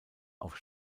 auf